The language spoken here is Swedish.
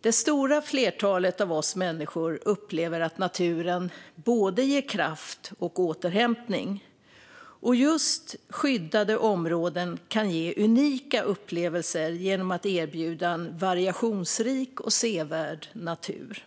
Det stora flertalet av oss människor upplever att naturen ger både kraft och återhämtning. Och just skyddade områden kan ge unika upplevelser genom att erbjuda variationsrik och sevärd natur.